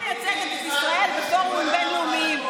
מייצגת את ישראל בפורומים בין-לאומיים.